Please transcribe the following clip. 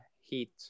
heat